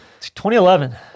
2011